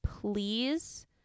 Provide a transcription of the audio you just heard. Please